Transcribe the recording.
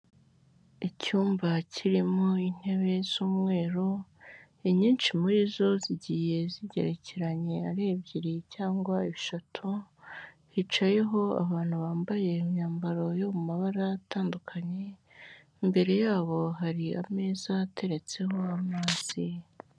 Icyumba kirimo intebe z'umweru, inyinshi muri zo zigiye zigerekeranye ari ebyiri cyangwa eshatu hicayeho abantu bambaye imyambaro yo mabara atandukanye; imbere yabo hari ameza ateretseho amazi.